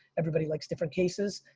everybody likes different cases.